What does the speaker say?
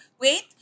wait